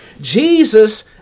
Jesus